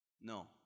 no